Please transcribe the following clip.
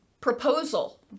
proposal